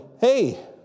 Hey